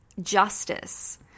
justice